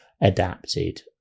adapted